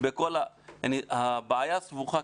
הבעיה סבוכה.